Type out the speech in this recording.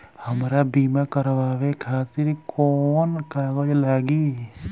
हमरा बीमा करावे खातिर कोवन कागज लागी?